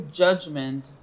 judgment